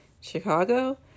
Chicago